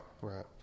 Right